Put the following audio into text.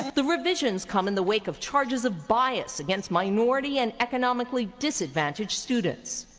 the revisions come in the wake of charges of bias against minority and economically disadvantaged students.